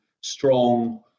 strong